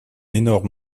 énorme